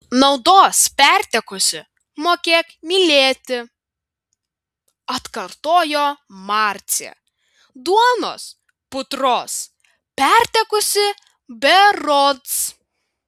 naudos pertekusi mokėk mylėti atkartojo marcė duonos putros pertekusi berods